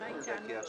היום